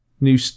new